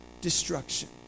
destruction